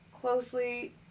closely